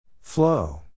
Flow